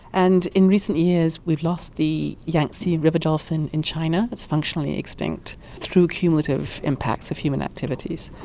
and in recent years we've lost the yangtze and river dolphin in china, it's functionally extinct, through cumulative impacts of human activities,